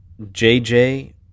JJ